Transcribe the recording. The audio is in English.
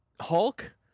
Hulk